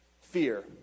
fear